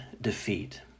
defeat